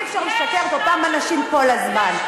אי-אפשר לשקר לאותם אנשים כל הזמן.